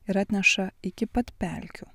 ir atneša iki pat pelkių